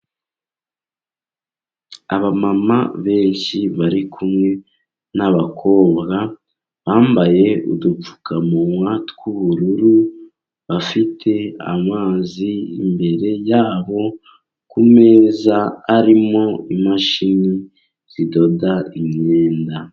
Abamama benshi bari kumwe n'abakobwa, bambaye udupfukamunwa tw'ubururu, bafite amazi imbere ya bo, ku meza ariho imashini zidoda imyenda.